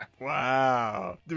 Wow